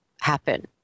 happen